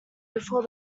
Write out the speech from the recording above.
before